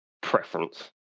preference